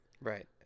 Right